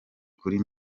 kuri